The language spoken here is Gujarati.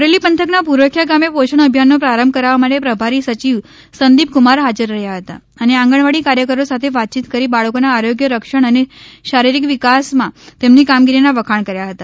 અમરેલી પંથકના ભૂરખિયા ગામે પોષણ અભિયાનનો પ્રારંભ કરાવવા માટે પ્રભારી સચિવ સંદીપ કુમાર હાજર રહ્યા હતા અને આંગણવાડી કાર્યકરો સાથે વાતયીત કરી બાળકોના આરોગ્ય રક્ષણ અને શારીરિક વિકાસમાં તેમની કામગીરીના વખાણ કર્યા હતા